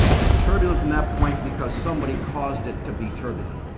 it's turbulent from that point because somebody caused it to be turbulent.